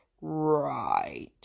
Right